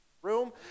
room